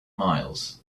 miles